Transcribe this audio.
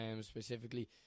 specifically